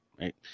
right